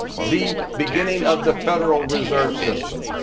the beginning of the federal reserve system.